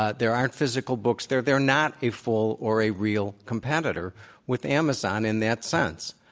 ah there aren't physical books there. they're not a full or a real competitor with amazon in that sense.